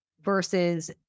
versus